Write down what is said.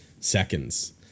seconds